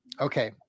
Okay